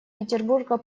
петербурга